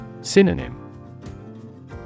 Synonym